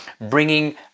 bringing